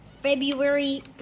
February